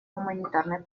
гуманитарной